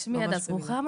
שמי הדס רוחם,